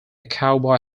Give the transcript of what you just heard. cowboy